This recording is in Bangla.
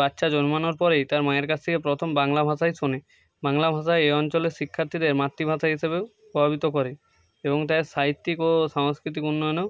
বাচ্চা জন্মানোর পরেই তার মায়ের কাছ থেকে প্রথম বাংলা ভাষাই শোনে বাংলা ভাষায় এই অঞ্চলের শিক্ষার্থীদের মাতৃভাষা হিসেবেও প্রভাবিত করে এবং তার সাহিত্যিক ও সংস্কৃতিক উন্নয়নেও